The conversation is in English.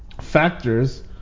factors